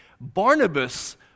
Barnabas